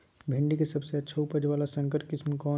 भिंडी के सबसे अच्छा उपज वाला संकर किस्म कौन है?